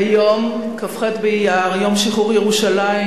אדוני היושב-ראש,